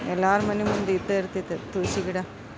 ಎಲ್ಲರ ಮನೆ ಮುಂದೆ ಇದ್ದೇ ಇರ್ತೈತದು ತುಳಸಿ ಗಿಡ